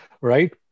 right